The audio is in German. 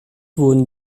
wurden